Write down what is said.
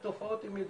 והתופעות הן ידועות.